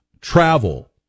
travel